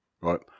right